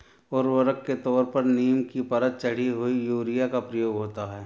उर्वरक के तौर पर नीम की परत चढ़ी हुई यूरिया का प्रयोग होता है